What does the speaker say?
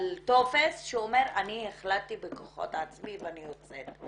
טופס שאומר, אני החלטתי בכוחות עצמי ואני יוצאת.